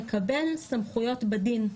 זה כמו צוות להסרת חסמים שמקבל סמכויות בדין,